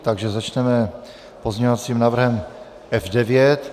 Takže začneme pozměňovacím návrhem F9.